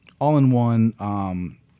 all-in-one